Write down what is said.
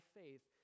faith